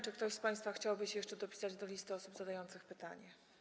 Czy ktoś z państwa chciałby się jeszcze dopisać do listy osób zadających pytanie?